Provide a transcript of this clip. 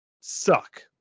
suck